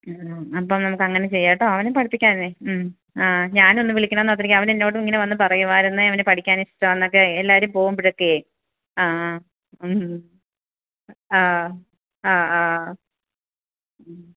അപ്പോൾ നമുക്ക് അങ്ങനെ ചെയ്യാം കേട്ടോ അവനെ പഠിപ്പിക്കാമെന്നേ ആ ഞാനൊന്ന് വിളിക്കണം എന്ന് ഓർത്തിരിക്കുകയായിരുന്നു അവൻ എന്നോടും ഇങ്ങനെ വന്ന് പറയുമായിരുന്നു അവന് പഠിക്കാൻ ഇഷ്ടമാണെന്ന് ഒക്കെ എല്ലാവരും പോകുമ്പോൾ ഒക്കെ ആ ആ ആ ആ